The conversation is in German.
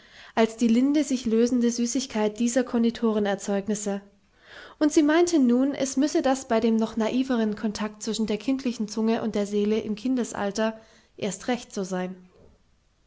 als die linde sich lösende süßigkeit dieser konditorerzeugnisse und sie meinte nun es müsse das bei dem noch naiveren kontakt zwischen der kindlichen zunge und seele im kindesalter erst recht so sein